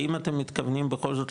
האם אתם מתכוונים בכל זאת,